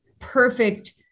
perfect